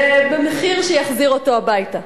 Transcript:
במחיר שיחזיר אותו הביתה.